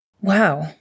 Wow